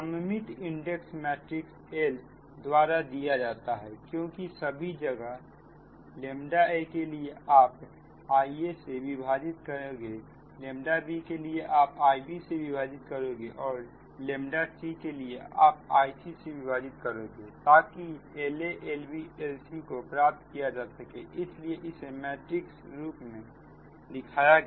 सममित induction matrix L द्वारा दिया जाता है क्योंकि सभी जगह ʎa के लिए आप Ia से विभाजित करोगे ʎ b के लिए आप Ib से विभाजित करोगे ʎ c के लिए आप Ic से विभाजित करोगे ताकि LaLbLcको प्राप्त किया जा सके इसलिए इसे मैट्रिक्स रूप में दिखाया गया